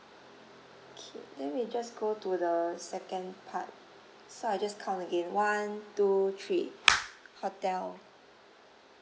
K then we just go to the second part so I just count again one two three hotel